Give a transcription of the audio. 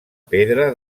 pedra